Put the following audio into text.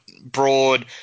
Broad